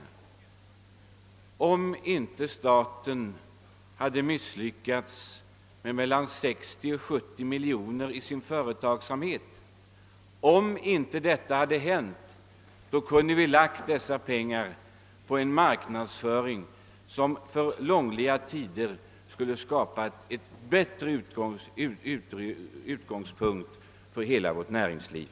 Ja, om inte staten hade misslyckats i sin företagsamhet och förlorat mellan 60 och 70 miljoner kronor, om inte detta hade hänt så kunde vi ju ha utnyttjat dessa pengar till en marknadsföring som för lång tid framåt skulle ha skapat ett bättre utgångsläge för hela vårt näringsliv.